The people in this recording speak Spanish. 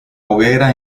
hoguera